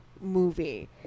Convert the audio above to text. movie